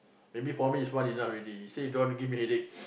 maybe for me is one enough already he say he don't want to give me headache